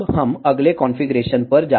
अब हम अगले कॉन्फ़िगरेशन पर जाते हैं